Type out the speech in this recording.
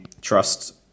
trust